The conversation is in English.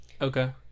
Okay